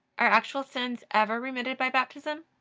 are actual sins ever remitted by baptism?